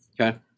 Okay